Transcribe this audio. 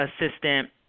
assistant